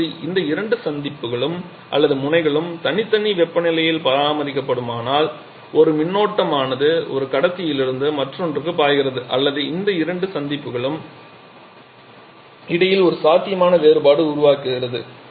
இப்போது இந்த இரண்டு சந்திப்புகளும் அல்லது முனைகளும் தனித்தனி வெப்பநிலையில் பராமரிக்கப்படுமானால் ஒரு மின்னோட்டமானது ஒரு கடத்தியிலிருந்து மற்றொன்றுக்கு பாய்கிறது அல்லது இந்த இரண்டு சந்திப்புகளுக்கும் இடையில் ஒரு சாத்தியமான வேறுபாடு உருவாகிறது